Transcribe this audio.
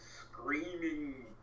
screaming